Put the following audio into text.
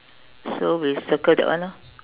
so we circle that one orh